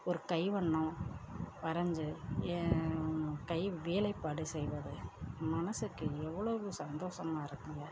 ஒரு கைவண்ணம் வரைஞ்சு ஏ கை வேலைப்பாடு செய்வது மனதுக்கு எவ்வளோவு சந்தோஷமாக இருக்குங்க